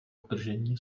udržení